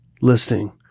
listing